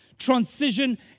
transition